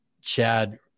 Chad